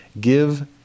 give